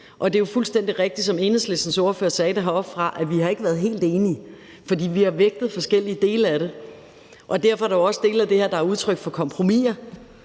og det er jo fuldstændig rigtigt, som Enhedslistens ordfører sagde det heroppefra, at vi ikke har været helt enige, for vi har vægtet forskellige dele af det. Derfor er der jo også dele af det her, der er udtryk for kompromiser.